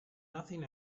nothing